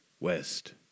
West